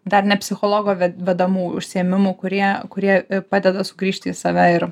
dar ne psichologo ve vedamų užsiėmimų kurie kurie padeda sugrįžti į save ir